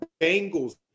Bengals